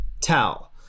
tell